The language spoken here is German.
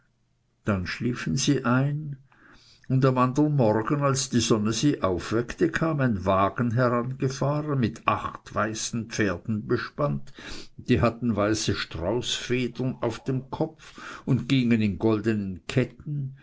dann schliefen sie ein und am andern morgen als die sonne sie aufweckte kam ein wagen herangefahren mit acht weißen pferden bespannt die hatten weiße straußfedern auf dem kopf und gingen in goldenen ketten